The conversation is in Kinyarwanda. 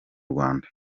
rwanda